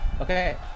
Okay